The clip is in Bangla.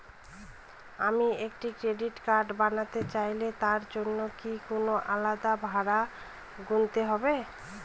আমি একটি ক্রেডিট কার্ড বানাতে চাইলে তার জন্য কি কোনো আলাদা ভাড়া গুনতে হবে?